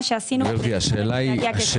מתי זה יהיה?